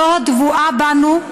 זו הטבועה בנו,